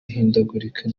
ihindagurika